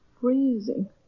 Freezing